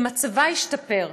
כי מצבה משתפר,